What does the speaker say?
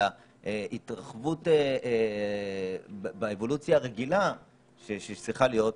אלא על התרחבות באבולוציה הרגילה שצריכה להיות.